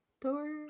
door